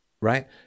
Right